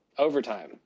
overtime